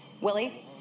Willie